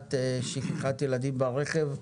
למניעת שכחת ילדים ברכב,